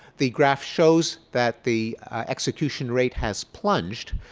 the graph shows that the execution rate has plunged.